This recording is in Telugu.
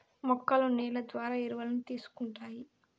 మొక్కలు నేల ద్వారా ఎరువులను తీసుకుంటాయి